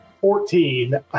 Fourteen